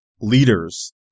leaders